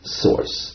source